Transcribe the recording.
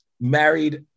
Married